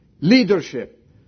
leadership